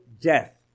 death